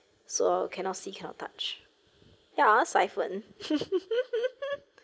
so cannot see cannot touch ya syphon